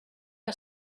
que